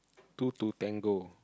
two to tango